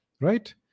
right